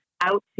out